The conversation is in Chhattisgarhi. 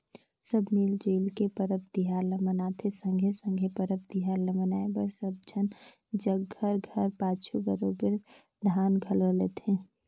सब मिल जुइल के परब तिहार ल मनाथें संघे संघे परब तिहार ल मनाए बर सब झन जग घर पाछू बरोबेर दान घलो लेथें